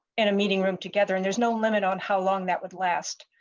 and a meeting room together and there's no limit on how long that would last.